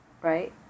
right